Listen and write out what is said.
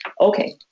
okay